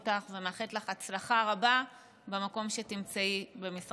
לך הצלחה רבה במקום שתמצאי במשרד ראש הממשלה.